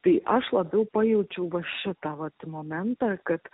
tai aš labiau pajaučiau va šitą vat momentą kad